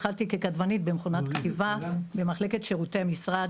התחלתי ככתבנית במכונת כתיבה במחלקת שירותי משרד.